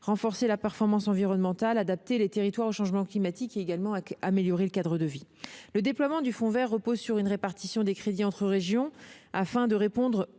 renforcer la performance environnementale, adapter les territoires au changement climatique, améliorer le cadre de vie. Le déploiement du fonds vert repose sur une répartition des crédits entre régions afin de répondre